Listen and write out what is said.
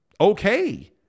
okay